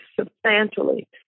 substantially